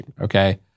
okay